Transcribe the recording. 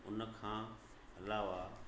उन खां अलावा